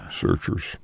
Searchers